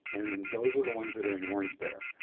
and those are the ones that are in orange there.